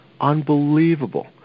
unbelievable